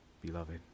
beloved